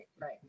right